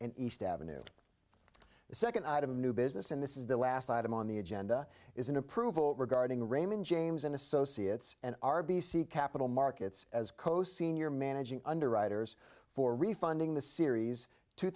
and east avenue the second item of new business and this is the last item on the agenda is an approval regarding raymond james and associates and r b c capital markets as co senior managing underwriters for refunding the series two